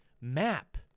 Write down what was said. map